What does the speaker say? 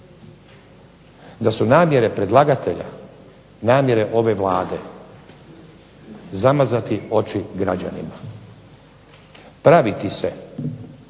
Da su namjere predlagatelja namjere ove Vlade zamazati oči građanima, praviti se